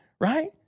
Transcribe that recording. right